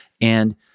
And-